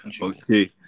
Okay